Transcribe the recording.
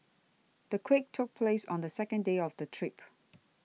the quake took place on the second day of the trip